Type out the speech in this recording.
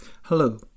Hello